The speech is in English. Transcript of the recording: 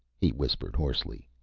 he whispered hoarsely.